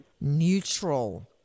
neutral